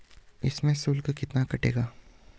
इसमें शुल्क कितना कटेगा?